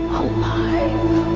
alive